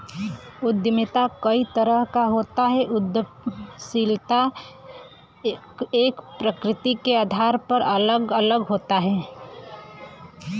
उद्यमिता कई तरह क होला इ उद्दमशीलता क प्रकृति के आधार पर अलग अलग होला